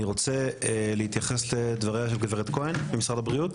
אני רוצה להתייחס לדבריה של גברת כהן ממשרד הבריאות,